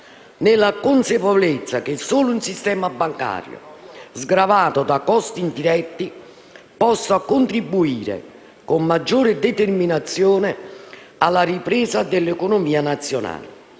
nella consapevolezza che solo un sistema bancario sgravato da costi indiretti possa contribuire con maggiore determinazione alla ripresa dell'economia nazionale.